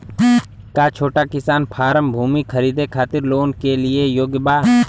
का छोटा किसान फारम भूमि खरीदे खातिर लोन के लिए योग्य बा?